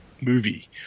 movie